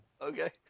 Okay